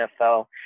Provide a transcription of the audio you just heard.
NFL